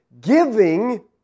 Giving